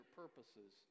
purposes